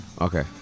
Okay